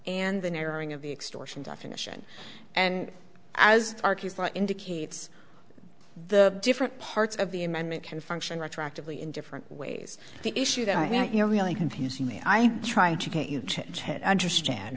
and the narrowing of the extortion definition and as indicates the different parts of the amendment can function retroactively in different ways the issue that you're really confusing me i'm trying to get you to understand